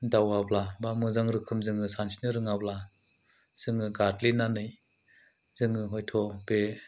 दावाब्ला बा मोजां रोखोम जों सानस्रिनो रोङाब्ला जोङो गादलिन्नानै जोङो हयथ' बे